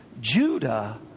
Judah